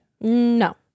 no